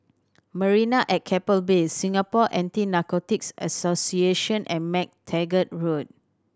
Marina at Keppel Bay Singapore Anti Narcotics Association and MacTaggart Road